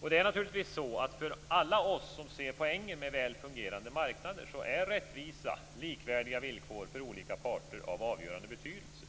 Och det är naturligtvis så att för alla oss som ser poänger med väl fungerande marknader är rättvisa, likvärdiga villkor för olika parter av avgörande betydelse.